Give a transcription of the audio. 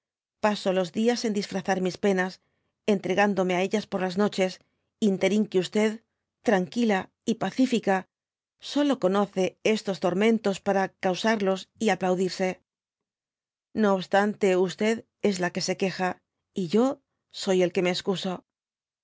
paso los dias en disfrazar mis penas entregándome á euas por las noches ínterin que tranquila y pac fica solo conoce estos tormentos para causarlos y aplaudirse no obstante q es la que se queja y yo soy el que me escuso